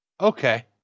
Okay